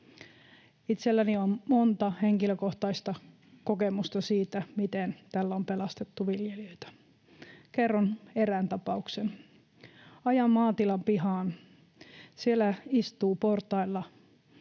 Itselläni on monta henkilökohtaista kokemusta siitä, miten tällä on pelastettu viljelijöitä. Kerron erään tapauksen: Ajan maatilan pihaan. Siellä istuu portailla